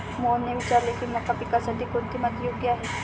मोहनने विचारले की मका पिकासाठी कोणती माती योग्य आहे?